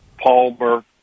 Palmer